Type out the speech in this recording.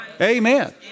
Amen